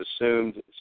assumed